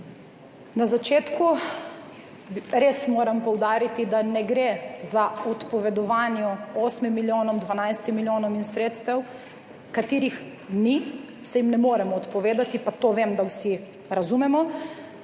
Na začetku res moram poudariti, da ne gre za odpovedovanje 8 milijonom, 12 milijonom sredstev, ki jih ni, se jim ne moremo odpovedati, pa to vem, da vsi razumemo.